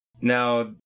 Now